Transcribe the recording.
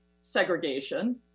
segregation